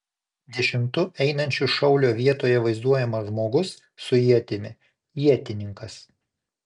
dešimtu einančio šaulio vietoje vaizduojamas žmogus su ietimi ietininkas